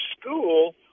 school